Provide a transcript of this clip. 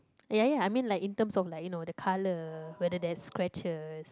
ya ya I mean like in terms of like you know the colour whether there is scratches